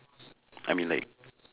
I mean like